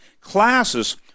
classes